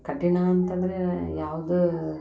ಕಠಿಣ ಅಂತಂದರೆ ಯಾವುದು